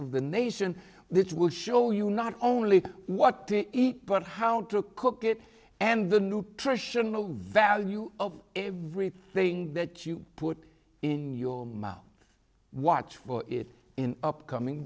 of the nation which will show you not only what to eat but how to cook it and the nutritional value of every thing that you put in your mouth watch it in upcoming